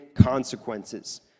consequences